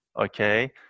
okay